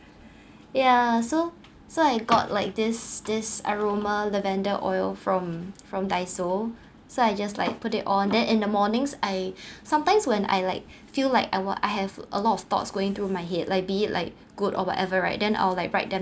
ya so so I got like this this aroma lavender oil from from daiso so I just like put it on then in the mornings I sometimes when I like feel like I want I have a lot of thoughts going through my head like be like good or whatever right then I'll like write them